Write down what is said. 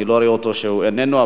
אני רואה שהוא איננו,